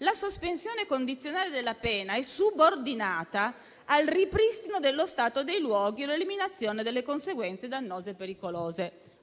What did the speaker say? la sospensione condizionale della pena è subordinata al ripristino dello stato dei luoghi o all'eliminazione delle conseguenze dannose e pericolose.